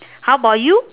how about you